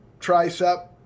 tricep